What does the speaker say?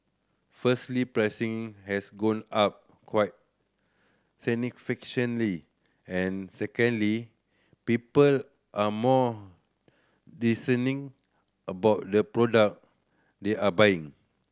firstly pricing has gone up quite significantly and secondly people are more discerning about the product they are buying